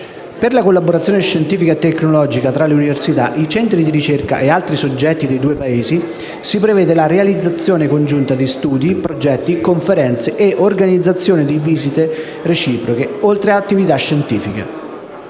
Per la collaborazione scientifica e tecnologica tra le università, i centri di ricerca e altri soggetti dei due Paesi, si prevede la realizzazione congiunta di studi, progetti, conferenze, e l'organizzazione di visite reciproche e attività scientifiche.